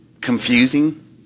confusing